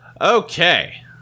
Okay